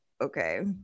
okay